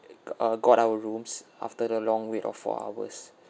uh got uh got our rooms after the long wait of four hours